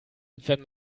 wenn